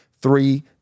three